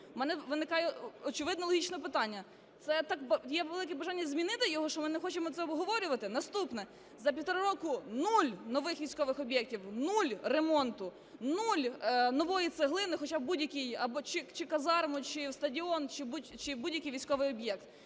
В мене виникає, очевидно, логічне питання: це є велике бажання змінити його, що ми не хочемо це обговорювати? Наступне. За півтора року нуль нових військових об'єктів, нуль ремонту, нуль нової цеглини хоча б в будь-який... чи в казарму, чи в стадіон, чи в будь-який військовий об'єкт.